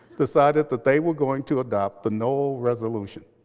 decided that they were going to adopt the noel resolution.